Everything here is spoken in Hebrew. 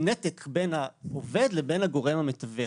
למעשה נתק בין העובד לבין הגורם המתווך,